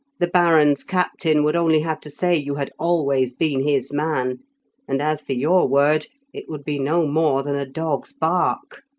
the baron's captain would only have to say you had always been his man and, as for your word, it would be no more than a dog's bark.